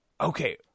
Okay